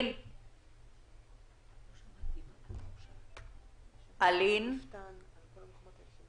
אני אשמח להשלים את התשובה שלי לדברים שציינה איריס.